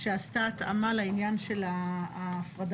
שעשתה התאמה לעניין של ההפרדה,